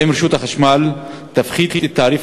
ברצוני לשאול: 1. האם רשות החשמל תפחית את תעריף